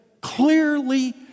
clearly